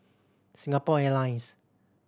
Singapore Airlines